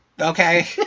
Okay